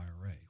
IRA